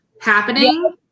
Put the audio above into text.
happening